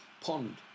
Pond